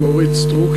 עם אורית סטרוק,